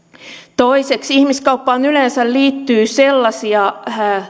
toiseksi ihmiskauppaan yleensä liittyy sellaisia